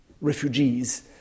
refugees